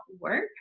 work